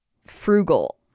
frugal